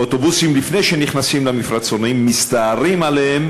אוטובוסים, לפני שנכנסים למפרצונים, מסתערים עליהם